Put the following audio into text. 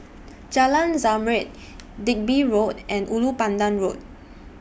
Jalan Zamrud Digby Road and Ulu Pandan Road